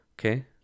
Okay